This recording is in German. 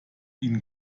ihn